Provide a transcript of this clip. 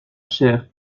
chair